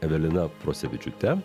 evelina prosevičiūte